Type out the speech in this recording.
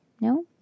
No